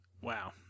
wow